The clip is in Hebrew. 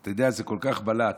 אתה יודע, זה כל כך בלט: